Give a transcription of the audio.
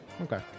Okay